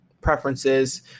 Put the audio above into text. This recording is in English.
preferences